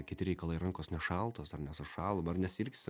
kiti reikalai ar rankos nešaltos ar nesušalo ar nesirgsim